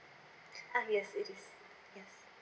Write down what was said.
ah yes yes